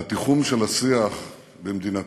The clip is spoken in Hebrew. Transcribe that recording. והתיחום של השיח במדינתנו